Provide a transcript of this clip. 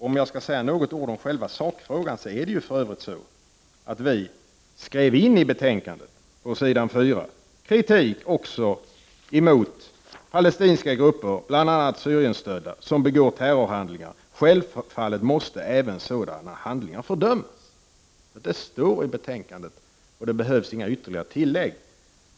Om jag skall säga något ord i själva sakfrågan, är det ju så att vi skrev in i betänkandet, på s. 4, kritik också emot palestinska grupper, bl.a. syrienstödda, som begår terrorhandlingar. Självfallet måste även sådana handlingar fördömas. Det står i betänkandet, och det behövs inga ytterligare tilllägg.